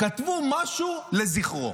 כתבו משהו לזכרו?